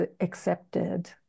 accepted